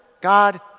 God